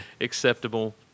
Acceptable